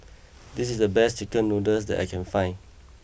this is the best Chicken Noodles that I can find